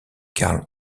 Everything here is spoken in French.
karl